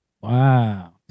Wow